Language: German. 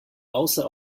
außer